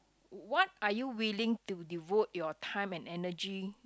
what are you willing to devote your time and energy